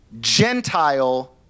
Gentile